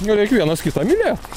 nu reikia vienas kitą mylėt